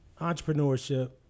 entrepreneurship